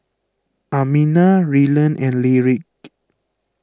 Amina Rylan and Lyric